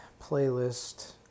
playlist